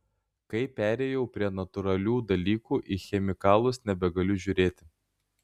kai perėjau prie natūralių dalykų į chemikalus nebegaliu žiūrėti